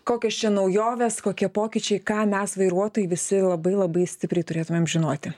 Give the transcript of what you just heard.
kokios čia naujovės kokie pokyčiai ką mes vairuotojai visi labai labai stipriai turėtumėm žinoti